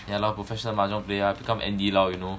yeah lor professional mahjong player ah become andy lau you know